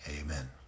amen